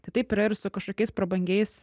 tai taip yra ir su kažkokiais prabangiais